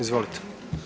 Izvolite.